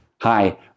Hi